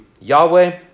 Yahweh